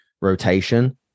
rotation